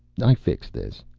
i fixed this.